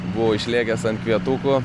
buvo išlėkęs ant pietukų